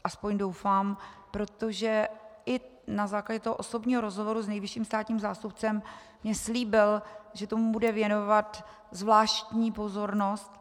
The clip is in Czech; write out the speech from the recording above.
Aspoň doufám, protože i na základě osobního rozhovoru s nejvyšším státním zástupcem mi slíbil, že tomu bude věnovat zvláštní pozornost.